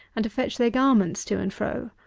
and to fetch their garments to and fro.